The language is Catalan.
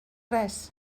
res